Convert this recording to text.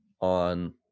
on